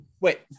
wait